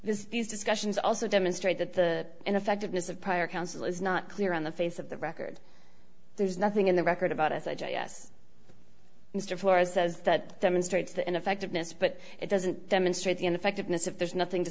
this these discussions also demonstrate that the ineffectiveness of prior counsel is not clear on the face of the record there's nothing in the record about us i g s mr flores says that demonstrates the ineffectiveness but it doesn't demonstrate the ineffectiveness of there's nothing to